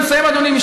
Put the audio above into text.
אני מסיים, אדוני.